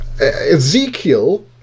Ezekiel